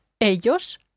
ellos